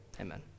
Amen